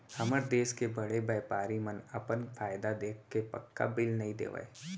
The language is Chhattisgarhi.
हमर देस के बड़े बैपारी मन अपन फायदा देखके पक्का बिल नइ देवय